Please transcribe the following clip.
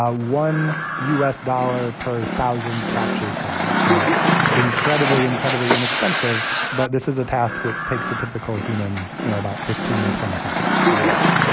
ah one u s. dollar per thousand captchas solved, so incredibly, incredibly inexpensive. but this is a task that takes a typical human you know about fifteen, twenty seconds yes.